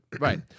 Right